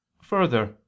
Further